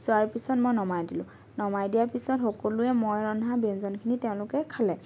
চোৱাৰ পিছত মই নমাই দিলোঁ নমাই দিয়াৰ পিছত সকলোৱে মই ৰন্ধা ব্যঞ্জনখিনি তেওঁলোকে খালে